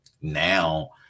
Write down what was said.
Now